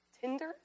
Tinder